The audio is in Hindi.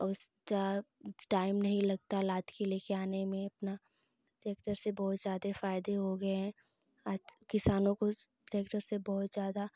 स्टा टाइम नहीं लगता लाद कर ले के आने में अपना ट्रैक्टर से बहुत जादे फायदे हो गये हैं आज किसानों को ट्रैक्टर से बहुत ज़्यादा